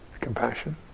compassion